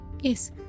Yes